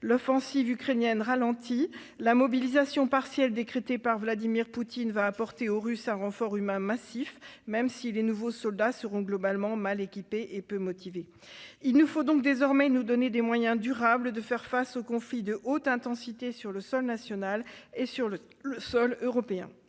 L'offensive ukrainienne ralentit et la mobilisation partielle décrétée par Vladimir Poutine apportera aux Russes un renfort humain massif, même si les nouveaux soldats seront globalement mal équipés et peu motivés. Il nous faut donc désormais nous donner des moyens durables de faire face aux conflits de haute intensité sur le sol national et sur le sol européen.